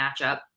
matchup